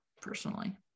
Personally